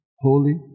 holy